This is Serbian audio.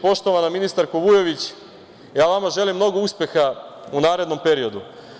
Poštovana ministarko Vujović, vama želim mnogo uspeha u narednom periodu.